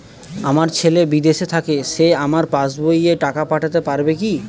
আমার ছেলে বিদেশে থাকে সে আমার পাসবই এ টাকা পাঠাতে পারবে কি?